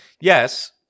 yes